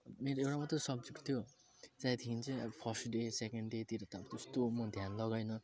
मेरो एउटा मात्र सब्जेक्ट थियो सायद त्यहाँदेखिन् चाहिँ अब फस्ट डे सेकेन्ड डेतिर त्यस्तो म ध्यान लगाइनँ